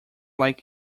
like